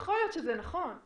יכול להיות שזה נכון,